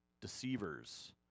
deceivers